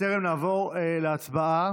בטרם נעבור להצבעה